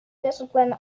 discipline